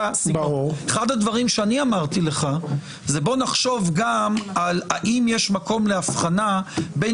אחד הדברים שאני אמרתי לך זה בוא נחשוב גם על האם יש מקום להבחנה בין